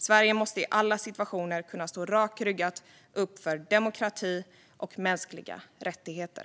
Sverige måste i alla situationer rakryggat kunna stå upp för demokrati och mänskliga rättigheter.